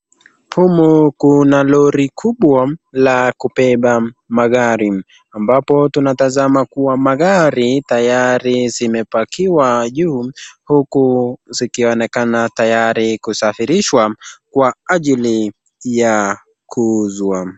Humu kuna lori kubwa la kubeba magari, ambapo tunatazama kuwa magari tayari zimepakiwa juu huku zikionekana tayari kusafirishwa kwa ajili ya kuuzwa.